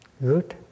good